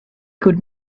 could